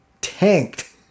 tanked